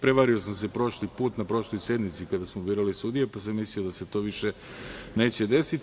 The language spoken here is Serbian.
Prevario sam se prošli put na prošloj sednici kada smo birali sudije pa sam mislio da se to više neće desiti.